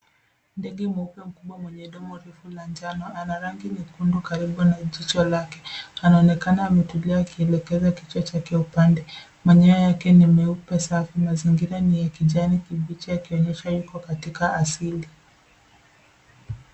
Ndege mweupe mkubwa mwenye domo refu la njano, ana rangi nyekundu karibu na jicho lake. Anaonekana ametulia akielekeza kichwa chake upande. Manyoya yake ni meupe safi. Mazingira ni ya kijani kibichi akionyesha yuko katika asili.